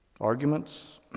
arguments